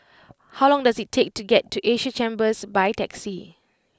how long does it take to get to Asia Chambers by taxi